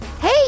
Hey